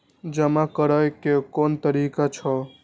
जमा करै के कोन तरीका छै?